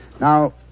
Now